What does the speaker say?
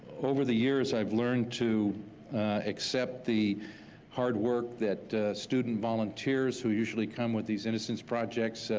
over the years i've learned to accept the hard work that student volunteers, who usually come with these innocence projects,